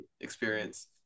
experience